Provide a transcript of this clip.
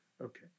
Okay